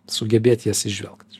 sugebėti jas įžvelgt